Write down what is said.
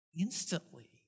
instantly